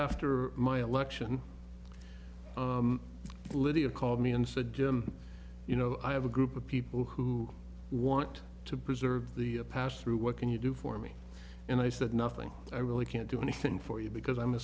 after my election lydia called me and said jim you know i have a group of people who want to preserve the past through what can you do for me and i said nothing i really can't do anything for you because i'm a